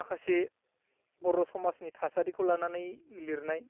माखासे बर' समाजनि थासारिखौ लानानै लिरनाय